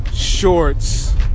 shorts